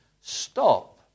stop